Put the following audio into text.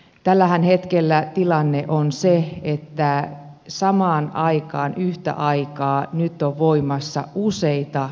tällä hetkellähän tilanne on se että samaan aikaan yhtä aikaa on voimassa useita